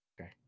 Okay